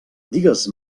digues